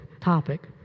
topic